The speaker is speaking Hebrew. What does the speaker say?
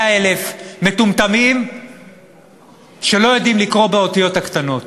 100,000 מטומטמים שלא יודעים לקרוא באותיות הקטנות.